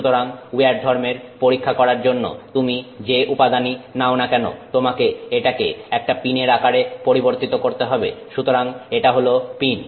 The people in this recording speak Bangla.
সুতরাং উইয়ার ধর্মের পরীক্ষা করার জন্য তুমি যে উপাদানই নাও না কেন তোমাকে এটাকে একটা পিনের আকারে পরিবর্তিত করতে হবে সুতরাং এটা হল পিন